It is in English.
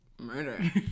murder